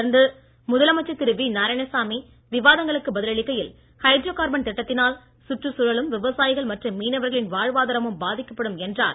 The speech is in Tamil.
தொடர்ந்து முதலமைச்சர் திரு வி நாராயணசாமி விவாதங்களுக்கு பதில் அளிக்கையில் ஹைட்ரோகார்பன் திட்டத்தினால் சுற்றுச்சூழலும் விவசாயிகள் மற்றும் மீனவர்களின் வாழ்வாதாரமும் பாதிக்கப்படும் என்றார்